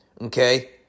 okay